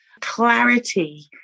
clarity